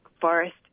forest